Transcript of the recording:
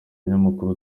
munyamakuru